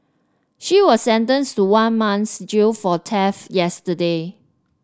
she was sentenced to one month's jail for theft yesterday